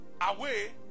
away